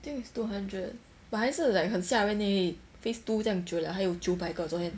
think it's two hundred but 还是 like 很吓人 leh phase two 将久 liao 还有九百个昨天